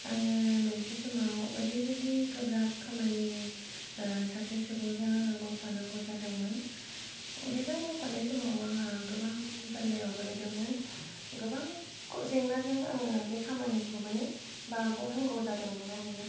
आङो मोनसे समाव ओरैबायदि गोब्राब खामानि सासे सुबुंजों आङो मावफानांगौ जादोंमोन बेजों मावफानाय समाव आंहा गोबां जारलायाव गोलैदोंमोन गोबां जेंनाजों आङो बे खामानिखौ माने बारग'नांगौ जादोंमोन आरो ना